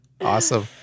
Awesome